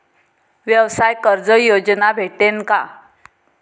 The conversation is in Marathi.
व्यवसाय कर्ज योजना भेटेन का?